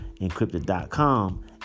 encrypted.com